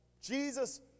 Jesus